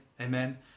Amen